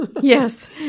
Yes